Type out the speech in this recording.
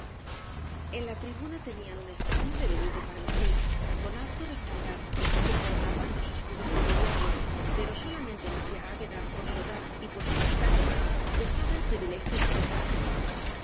en la tribuna tenían un escaño de velludo carmesí con alto respaldar que coronaban dos escudos nobiliarios pero so lamente mi tía agueda por su edad y por sus achaques gozaba el privilegio de